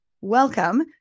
Welcome